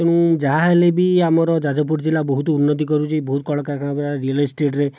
ତେଣୁ ଯାହାହେଲେ ବି ଆମର ଯାଜପୁର ଜିଲ୍ଲା ବହୁତ ଉନ୍ନତି କରୁଛି ବହୁତ କଳକାରଖାନା ଗୁଡ଼ାକ ରିଅଲ ଇଷ୍ଟେଟ ରେ